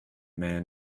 man